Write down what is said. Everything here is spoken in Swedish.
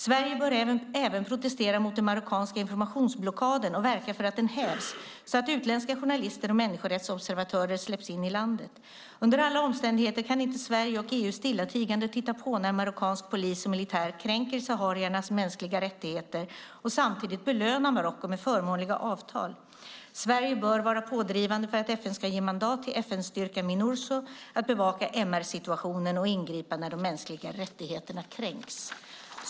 Sverige bör även protestera mot den marockanska informationsblockaden och verka för att den hävs så att utländska journalister och människorättsobservatörer släpps in i landet. Under alla omständigheter kan inte Sverige och EU stillatigande titta på när marockansk polis och militär kränker sahariernas mänskliga rättigheter och samtidigt belöna Marocko med förmånliga avtal. Sverige bör vara pådrivande för att FN ska ge mandat till FN-styrkan MINURSO att bevaka MR-situationen och ingripa när de mänskliga rättigheterna kränks."